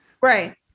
Right